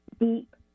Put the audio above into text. deep